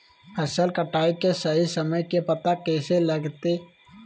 फसल कटाई के सही समय के पता कैसे लगते?